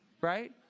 right